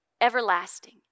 everlasting